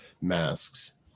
masks